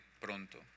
pronto